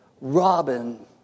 Robin